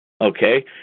Okay